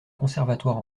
conservatoire